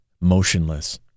motionless